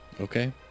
Okay